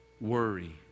worry